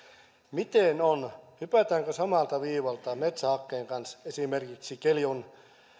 miten on hypätäänkö samalta viivalta metsähakkeen kanssa koska esimerkiksi keljon